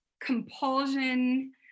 compulsion